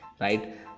right